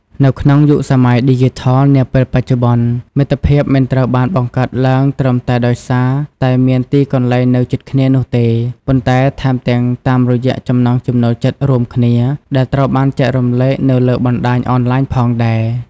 នៅក្នុងយុគសម័យឌីជីថលនាពេលបច្ចុប្បន្ន មិត្តភាពមិនត្រូវបានបង្កើតឡើងត្រឹមតែដោយសារតែមានទីកន្លែងនៅជិតគ្នានោះទេ ប៉ុន្តែថែមទាំងតាមរយៈចំណង់ចំណូលចិត្តរួមគ្នាដែលត្រូវបានចែករំលែកនៅលើបណ្ដាញអនឡាញផងដែរ។